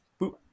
Boop